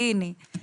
והנה,